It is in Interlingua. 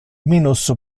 minus